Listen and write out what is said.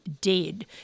dead